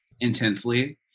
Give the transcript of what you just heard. intensely